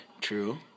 True